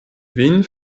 kvin